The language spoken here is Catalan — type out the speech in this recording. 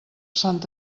sant